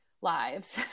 lives